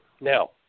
now